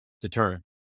deterrent